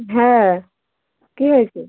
হ্যাঁ কী হয়েছে